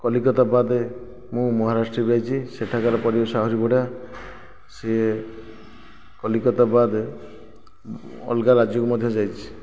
କଲିକତା ବାଦେ ମୁଁ ମହାରାଷ୍ଟ୍ର ବି ଯାଇଛି ସେଠାକାର ପରିବେଶ ଆହୁରି ବଢ଼ିଆ ସିଏ କଲିକତା ବାଦେ ଅଲ୍ଗା ରାଜ୍ୟକୁ ମଧ୍ୟ ଯାଇଛି